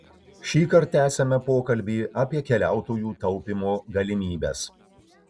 šįkart tęsiame pokalbį apie keliautojų taupymo galimybes